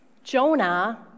Jonah